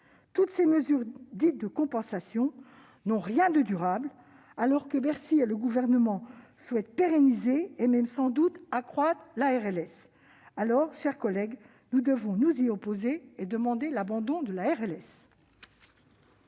différentes mesures de « compensation » ne sont en rien durables, alors que Bercy et le Gouvernement souhaitent pérenniser, voire sans doute accroître la RLS. Mes chers collègues, nous devons nous y opposer et demander l'abandon de la RLS